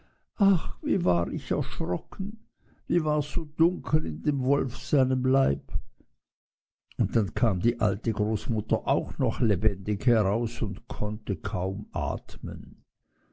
ach wie war ich erschrocken wie wars so dunkel in dem wolf seinem leib und dann kam die alte großmutter auch noch lebendig heraus und konnte kaum atmen